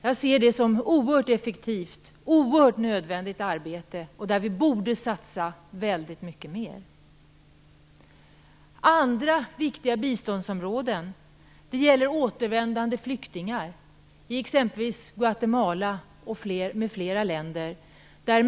Jag ser det som ett oerhört effektivt, oerhört nödvändigt arbete som vi borde satsa väldigt mycket mer på. Andra viktiga biståndsområden är återvändande flyktingar i exempelvis Guatemala och andra länder.